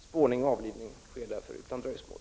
Spårning och avlivning sker därför utan dröjsmål.